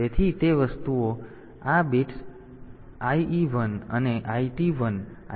તેથી તે વસ્તુઓ અને આ 4 બિટ્સ IE1 અને IT 1 IT 0 છે